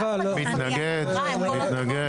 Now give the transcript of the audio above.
מתנגד, מתנגד.